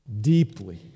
deeply